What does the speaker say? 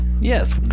Yes